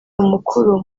umukuru